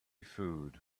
food